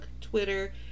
Twitter